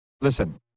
Listen